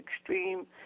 extreme